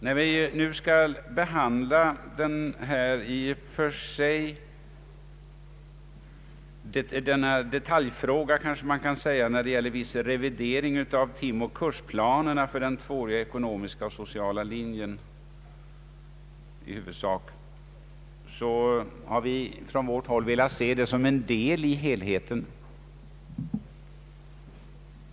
När vi nu skall behandla denna detaljfråga — ty det är i och för sig en sådan — som i huvudsak gäller revidering av timoch kursplaner för de tvååriga ekonomiska och sociala linjerna i gymnasieskolan, har vi från vårt håll velat se detta som en del i helheten.